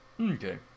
Okay